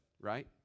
right